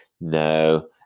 No